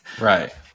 Right